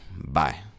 Bye